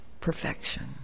perfection